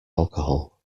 alcohol